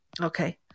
Okay